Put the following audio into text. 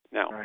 Now